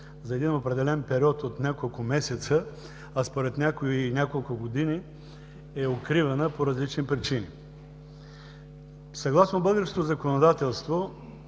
за един определен период от няколко месеца, а според някои и няколко години, е укривана по различни причини. Съгласно българското законодателство